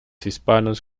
hispanos